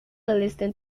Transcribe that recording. listen